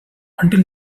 until